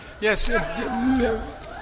Yes